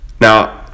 Now